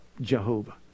Jehovah